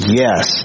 yes